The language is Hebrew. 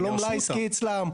זה לא מלאי עסקי אצלם.